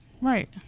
right